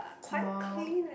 more